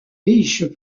riches